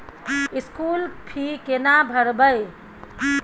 School fee केना भरबै?